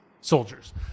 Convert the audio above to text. soldiers